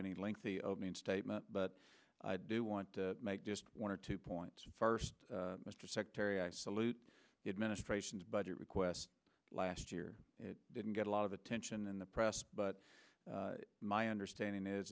any lengthy opening statement but i do want to make one or two points first mr secretary i salute the administration's budget requests last year didn't get a lot of attention in the press but my understanding is